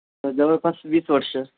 जवळपास वीस वर्षं